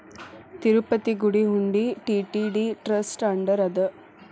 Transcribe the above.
ತಿರುಪತಿ ಗುಡಿ ಹುಂಡಿ TTD trust under ಅದ